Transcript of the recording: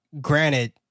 granted